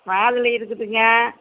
மாதுளை இருக்குதுங்க